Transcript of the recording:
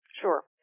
Sure